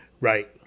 Right